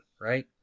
right